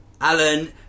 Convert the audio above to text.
Alan